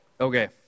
Okay